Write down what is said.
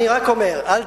לא.